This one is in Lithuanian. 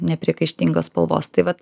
nepriekaištingos spalvos tai vat